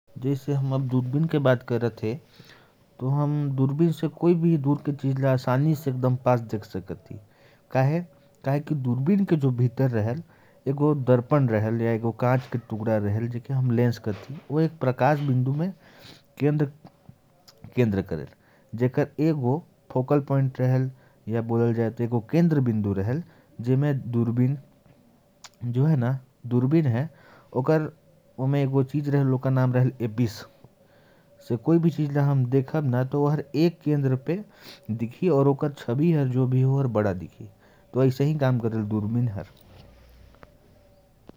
दूरबीन की बात आए तो हम किसी भी दूर की चीज को पास से देख सकते हैं। दूरबीन के अंदर एक दर्पण होता है, जिसे हम लेंस भी बोलते हैं, जिसमें एक केंद्र बिंदु होता है। और जब हम किसी चीज को देखते हैं, तो वह बड़ी दिखाई देती है।